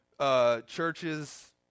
churches